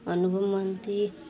Anubhav Mohanty